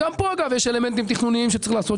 גם פה יש אלמנטים תכנוניים שצריך לעשות,